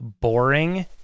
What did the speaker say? boring